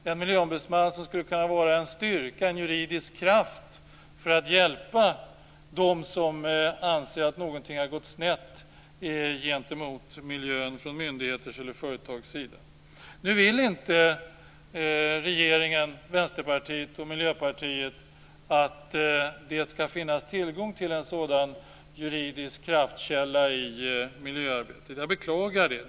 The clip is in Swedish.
Denna miljöombudsman skulle kunna vara en styrka, en juridisk kraft, för att hjälpa dem som anser att någonting så att säga har gått snett gentemot miljön från myndigheters eller företags sida. Regeringen, Vänsterpartiet och Miljöpartiet vill dock inte att det skall finnas tillgång till en sådan juridisk kraftkälla i miljöarbetet. Detta beklagar jag.